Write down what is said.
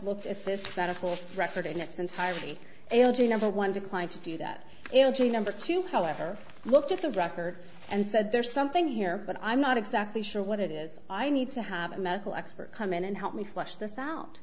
looked at this medical record in its entirety l g number one declined to do that l g number two however looked at the record and said there's something here but i'm not exactly sure what it is i need to have a medical expert come in and help me flesh this out